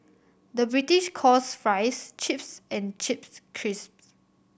the British calls fries chips and chips crisp